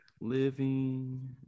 Living